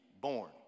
born